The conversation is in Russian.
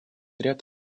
ряд